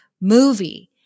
movie